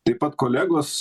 taip pat kolegos